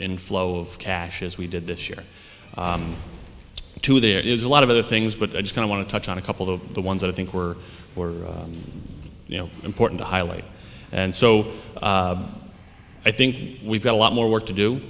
inflow of cash as we did this year too there is a lot of other things but edged i want to touch on a couple of the ones that i think were were you know important to highlight and so i think we've got a lot more work to do